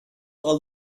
all